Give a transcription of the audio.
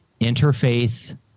interfaith